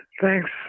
Thanks